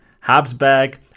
Habsburg